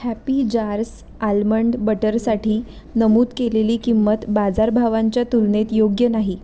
happy jars almond बटरसाठी नमूद केलेली किंमत बाजारभावांच्या तुलनेत योग्य नाही